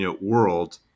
world